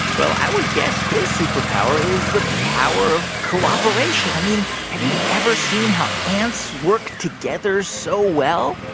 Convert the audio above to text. well, i would guess his superpower is the power of cooperation. i mean, have you ever seen how ants work together so well?